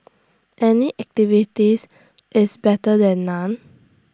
any activities is better than none